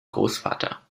großvater